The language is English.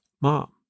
mom